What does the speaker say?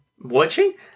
watching